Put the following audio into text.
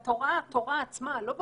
בתורה, התורה עצמה, לא בפרשנויות,